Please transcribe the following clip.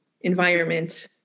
environment